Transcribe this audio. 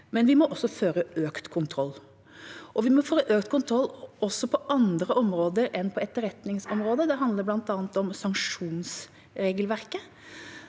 men vi må også føre økt kontroll, og vi må føre økt kontroll også på andre områder enn på etterretningsområdet. Det handler bl.a. om sanksjonsregelverket.